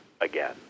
again